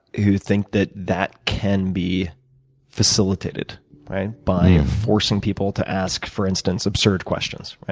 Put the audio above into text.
who think that that can be facilitated by forcing people to ask, for instance, absurd questions,